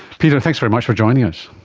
peter, thanks very much for joining us.